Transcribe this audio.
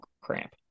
cramp